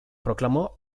proclamò